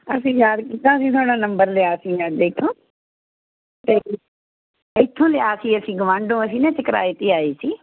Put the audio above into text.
ਅਸੀਂ ਯਾਦ ਕੀਤਾ ਅਸੀਂ ਤੁਹਾਡਾ ਨੰਬਰ ਲਿਆ ਸੀ ਅੱਜ ਇਥੋਂ ਇਥੋਂ ਲਿਆ ਸੀ ਅਸੀਂ ਗਵਾਂਢੋ ਅਸੀਂ ਨਾ ਇੱਥੇ ਕਿਰਾਏ 'ਤੇ ਆਏ ਸੀ